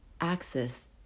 axis